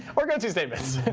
or go to to statements.